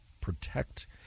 protect